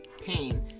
pain